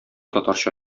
татарча